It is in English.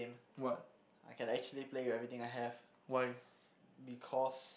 what why